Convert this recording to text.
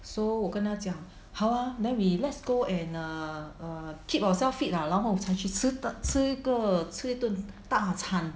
so 我跟他讲好啊 then we let's go and err err keep ourselves fit 了然后才去吃一个吃顿大餐